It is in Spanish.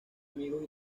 amigos